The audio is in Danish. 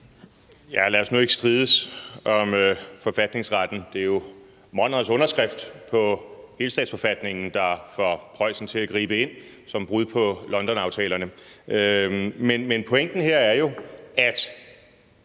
Lad os nu ikke strides om forfatningsretten; det er jo Monrads underskrift på helstatsforfatningen, der får Preussen til at gribe ind som brud på Londonaftalerne. Men pointen her er jo, at